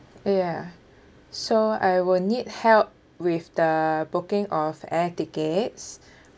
ya so I will need help with the booking of the air tickets